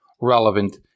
relevant